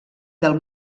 del